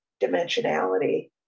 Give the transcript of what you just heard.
dimensionality